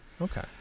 okay